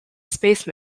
space